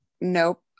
nope